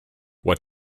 what